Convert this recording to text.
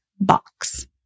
box